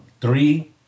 three